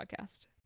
podcast